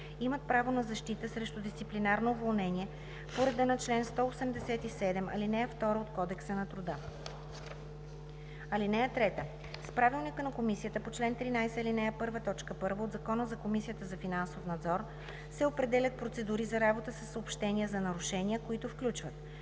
имат право на защита срещу дисциплинарно уволнение по реда на чл. 187, ал. 2 от Кодекса на труда. (3) С правилника на комисията по чл. 13, ал. 1, т. 1 от Закона за Комисията за финансов надзор се определят процедури за работа със съобщения за нарушения, които включват: